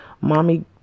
mommy